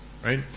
right